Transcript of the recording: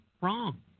Wrong